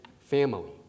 family